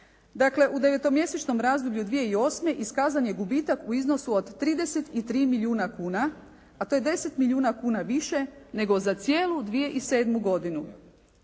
Dakle, u devetomjesečnom razdoblju 2008. iskazan je gubitak u iznosu od 33 milijuna kuna a to je 10 milijuna kuna više nego za cijelu 2007. godinu.